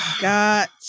got